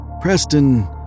Preston